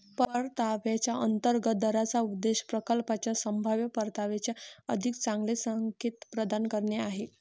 परताव्याच्या अंतर्गत दराचा उद्देश प्रकल्पाच्या संभाव्य परताव्याचे अधिक चांगले संकेत प्रदान करणे आहे